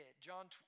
John